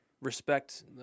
respect